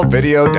Video